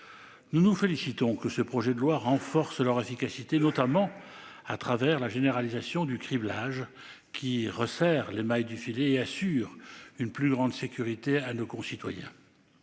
Nous nous félicitons que ce projet de loi renforce leur efficacité, notamment avec la généralisation du criblage, qui resserre les mailles du filet et assure une plus grande sécurité à nos concitoyens.